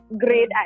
Great